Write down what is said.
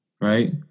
Right